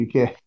UK